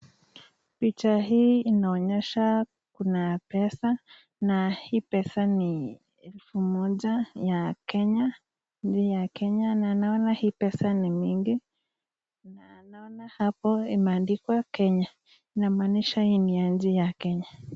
pichahii inaonyesha kuna pesa na hii pesa ni elfu moja ya Kenya. Ni ya Kenya na naona hii pesa ni mingi na naona hapo imeandikwa Kenya, inamaanisha hii ni ya nchi ya Kenya.